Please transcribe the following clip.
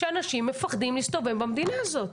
שאנשים מפחדים להסתובב במדינה הזאת.